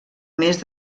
mes